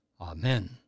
Amen